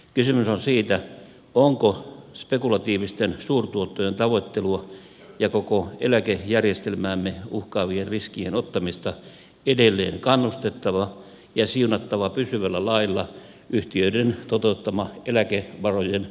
kysymys on siitä onko spekulatiivisten suurtuottojen tavoittelua ja koko eläkejärjestelmäämme uhkaavien riskien ottamista edelleen kannustettava ja siunattava pysyvällä lailla yhtiöiden toteuttama eläkevarojen uusi kaappaus